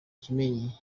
kimenyi